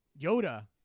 Yoda